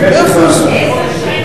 עשר שנים,